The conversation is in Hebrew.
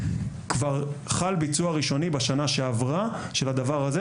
כבר חל ביצוע ראשוני בשנה שעברה של הדבר הזה,